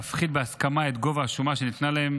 להפחית בהסכמה את גובה השומה שניתנה להם